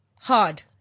Hard